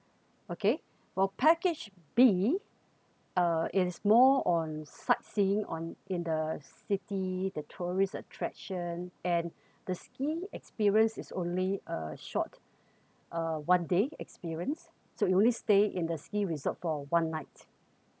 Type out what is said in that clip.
okay for package B uh it's more on sightseeing on in the city the tourist attraction and the ski experience is only a short uh one day experience so you only stay in the ski resort for one night